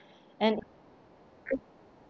and